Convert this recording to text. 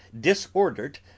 disordered